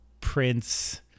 Prince